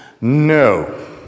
No